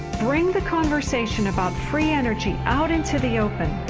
bring the conversation about free energy out into the open!